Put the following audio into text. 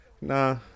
Nah